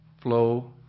flow